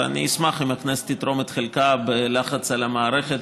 ואני אשמח אם הכנסת תתרום את חלקה בלחץ על המערכת,